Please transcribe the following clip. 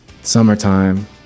Summertime